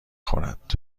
خورد